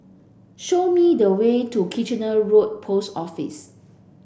show me the way to Kitchener Road Post Office